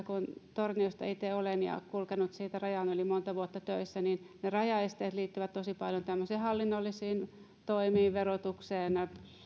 kun itse olen torniosta ja kulkenut siitä rajan yli monta vuotta töissä rajaesteet liittyvät tosi paljon tämmöisiin hallinnollisiin toimiin verotukseen